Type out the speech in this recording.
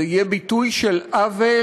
זה יהיה ביטוי של עוול